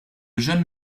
jeunes